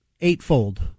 eightfold